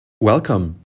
Welcome